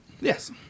Yes